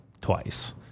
twice